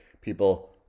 People